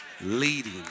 leading